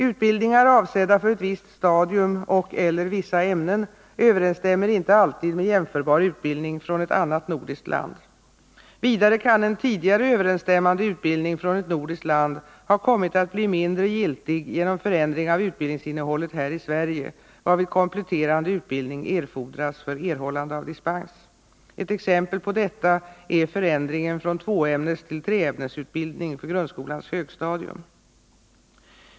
Utbildningar avsedda för ett visst stadium och/eller vissa ämnen överensstämmer inte alltid med jämförbar utbildning från ett annat nordiskt land. Vidare kan en tidigare överensstämmande utbildning från ett nordiskt land ha kommit att bli mindre giltig genom förändring av utbildningsinnehållet här i Sverige, varvid kompletterande utbildning erfordras för erhållande av dispens. Ett exempel på detta är förändringen från tvåämnestill treämnesutbildning för grundskolans högstadium.